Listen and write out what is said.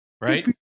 Right